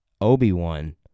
Obi-Wan